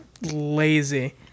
lazy